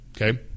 okay